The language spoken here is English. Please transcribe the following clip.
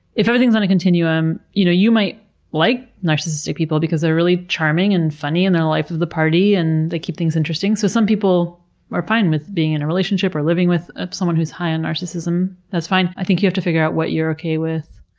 if everything's on a continuum, you know, you might like narcissistic people because they're really charming, and funny, and they're the life of the party, and they keep things interesting. so some people are fine with being in a relationship or living with someone who's high on narcissism. that's fine i think that you have to figure out what you're okay with.